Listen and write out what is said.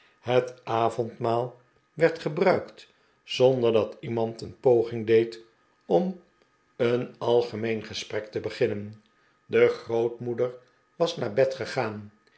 het avondmaal werd gebruikt zonder dat iemand een poging deed om een algemeen gesprek te beginnen de grootmoeder was naar bed gegaan